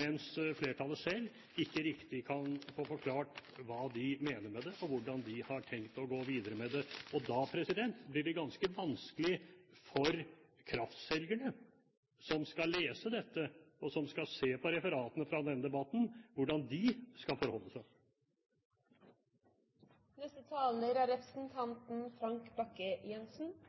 mens flertallet ikke riktig kan få forklart hva de mener med det, og hvordan de har tenkt å gå videre med det. Da blir det ganske vanskelig for kraftselgerne, som skal lese referatene fra denne debatten, å vite hvordan de skal forholde seg. Jeg har aldri vært i Nord-Korea, og etter innlegget til representanten